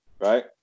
right